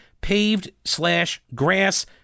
paved-slash-grass